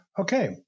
Okay